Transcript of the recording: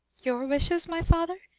your wishes, my father?